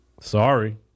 Sorry